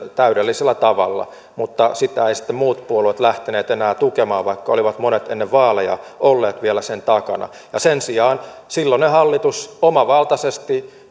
täydellisellä tavalla mutta sitä ei sitten muut puolueet lähteneet enää tukemaan vaikka vielä ennen vaaleja olleet sen takana sen sijaan silloinen hallitus omavaltaisesti